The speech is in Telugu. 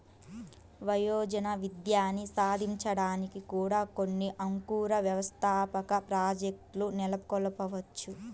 వయోజన విద్యని సాధించడానికి కూడా కొన్ని అంకుర వ్యవస్థాపక ప్రాజెక్ట్లు నెలకొల్పవచ్చు